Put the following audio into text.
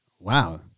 Wow